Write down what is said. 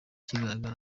kigaragara